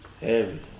heavy